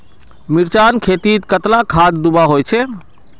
मिर्चान खेतीत कतला खाद दूबा होचे?